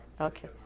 Okay